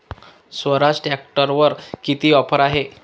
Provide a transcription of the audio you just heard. स्वराज ट्रॅक्टरवर किती ऑफर आहे?